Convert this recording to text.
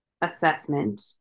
assessment